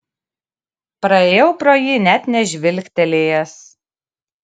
praėjau pro jį net nežvilgtelėjęs